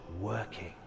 working